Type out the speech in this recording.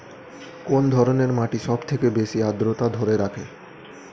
কোন ধরনের মাটি সবথেকে বেশি আদ্রতা ধরে রাখে?